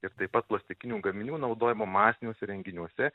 ir taip pat plastikinių gaminių naudojimo masiniuose renginiuose